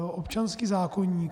Občanský zákoník.